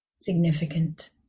significant